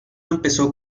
empezó